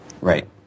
Right